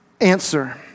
Answer